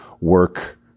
work